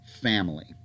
family